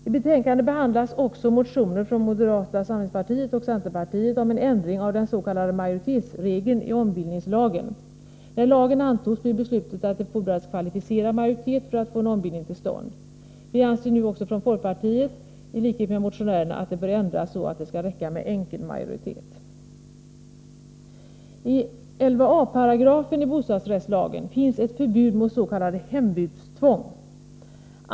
I betänkandet behandlas också motioner från moderata samlingspartiet och centerpartiet om en ändring av den s.k. majoritetsregeln i ombildningslagen. När lagen antogs blev beslutet att det fordras kvalificerad majoritet för att få en ombildning till stånd. Vi anser nu också från folkpartiet, i likhet med motionärerna, att detta bör ändras så att det skall räcka med enkel majoritet. I 11 a § i bostadsrättslagen finns ett förbud mot s.k. hembudstvång.